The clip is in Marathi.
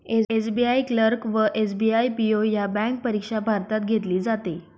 एस.बी.आई क्लर्क व एस.बी.आई पी.ओ ह्या बँक परीक्षा भारतात घेतली जाते